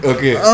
Okay